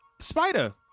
Spider